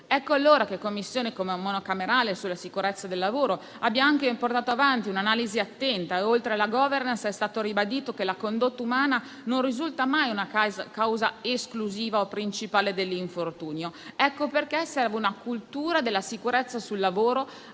e come Commissione monocamerale sulla sicurezza del lavoro abbiamo anche portato avanti un'analisi attenta e oltre alla *governance* è stato ribadito che la condotta umana non risulta mai la causa esclusiva o principale dell'infortunio. Per questo serve una cultura della sicurezza sul lavoro